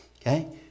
Okay